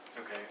Okay